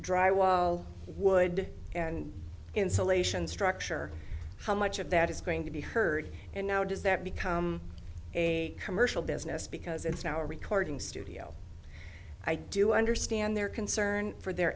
dry wall wood and insulation structure how much of that is going to be heard and now does that become a commercial business because it's now a recording studio i do understand their concern for their